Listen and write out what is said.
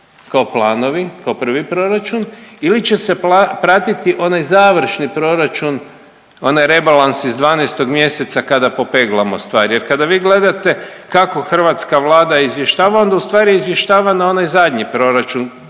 kao planovi, kao prvi proračun ili će se pratiti onaj završni proračun, onaj rebalans iz 12 mjeseca kada popeglamo stvari. Jer kada vi gledate kako hrvatska Vlada izvještava, onda u stvari izvještava na onaj zadnji proračun